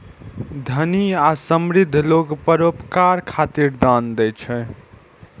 धनी आ समृद्ध लोग परोपकार खातिर दान दै छै